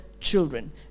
children